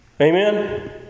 Amen